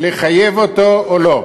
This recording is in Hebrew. לחייב אותו או לא.